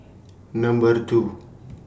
Number two